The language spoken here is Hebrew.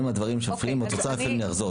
אם את רוצה אני אפילו אחזור עליהן.